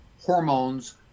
hormones